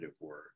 word